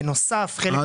עד?